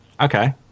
Okay